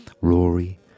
rory